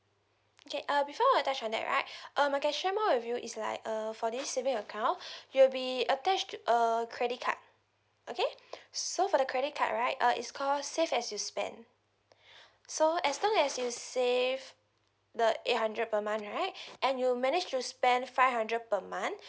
okay uh before I touched on that right uh I can share more with you is like err for this saving account you'll be attached a credit card okay so for the credit card right uh it's called save as you spend so as long as you save the eight hundred per month right and you managed to spend five hundred per month